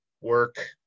work